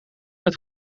met